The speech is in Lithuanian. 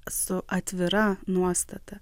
su atvira nuostata